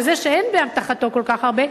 לזה שאין באמתחתו כל כך הרבה,